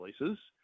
releases